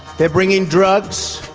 they are bringing drugs,